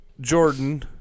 Jordan